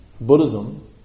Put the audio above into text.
Buddhism